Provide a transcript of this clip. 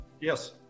yes